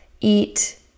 eat